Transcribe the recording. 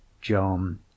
John